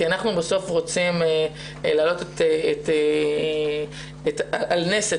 כי אנחנו בסוף רוצים להעלות על נס את